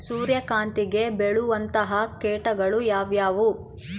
ಸೂರ್ಯಕಾಂತಿಗೆ ಬೇಳುವಂತಹ ಕೇಟಗಳು ಯಾವ್ಯಾವು?